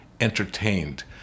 entertained